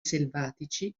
selvatici